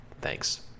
Thanks